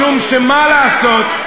משום שמה לעשות,